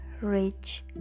rich